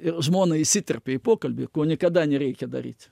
ir žmona įsiterpė į pokalbį ko niekada nereikia daryt